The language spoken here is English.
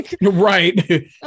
Right